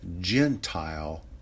Gentile